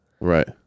Right